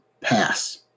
pass